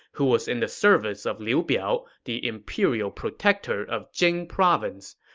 who was in the service of liu biao, the imperial protector of jing province.